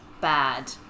Bad